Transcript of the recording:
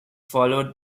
followed